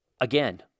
again